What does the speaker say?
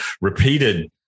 repeated